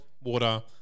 water